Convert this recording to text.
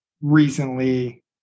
recently